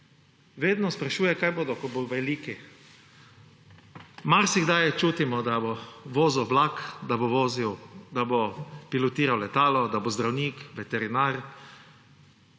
vedno se sprašuje, kaj bodo, ko bodo veliki. Marsikdaj čutimo, da bo vozil vlak, da bo pilotiral letalo, da bo zdravnik, veterinar,